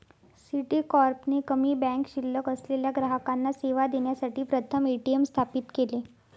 Citicorp ने कमी bank शिल्लक असलेल्या ग्राहकांना सेवा देण्यासाठी प्रथम ए.टी.एम स्थापित केले